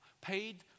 paid